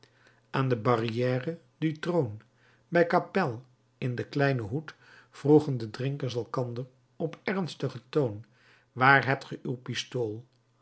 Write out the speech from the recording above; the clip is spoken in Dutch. aan de barrière du trône bij capel in den kleinen hoed vroegen de drinkers elkander op ernstigen toon waar hebt ge uw pistool